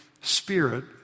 Spirit